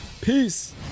Peace